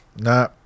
nah